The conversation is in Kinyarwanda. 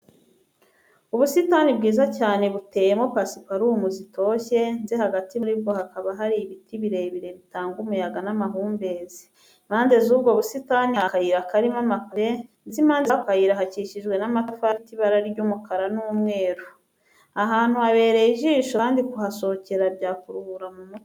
Ubusitani bwiza cyane buteyemo pasiparumu zitoshye ndetse hagati muri bwo hakaba hari ibiti birebire bitanga umuyaga n'amahumbezi. Impande y'ubwo busitani hari akayira karimo amapave ndetse impande z'ako kayira hakikijwe n'amatafari afite ibara ry'umukara n'umweru. Aha hantu habereye ijisho kandi kuhasohokera byakuruhura mu mutwe.